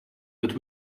that